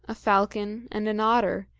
a falcon, and an otter,